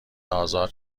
ازاد